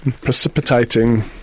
precipitating